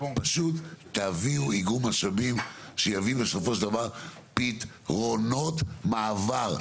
פשוט תביאו איגום משאבים שיביא בסופו של דבר פתרונות מעבר.